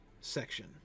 section